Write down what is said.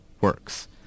works